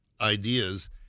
ideas